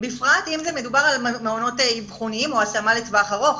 בפרט אם מדובר על מעונות אבחוניים או השמה לטווח ארוך.